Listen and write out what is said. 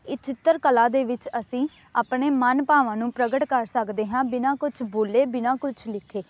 ਇਹ ਚਿੱਤਰ ਕਲਾ ਦੇ ਵਿੱਚ ਅਸੀਂ ਆਪਣੇ ਮਨ ਭਾਵਾਂ ਨੂੰ ਪ੍ਰਗਟ ਕਰ ਸਕਦੇ ਹਾਂ ਬਿਨਾਂ ਕੁਛ ਬੋਲੇ ਬਿਨਾਂ ਕੁਛ ਲਿਖੇ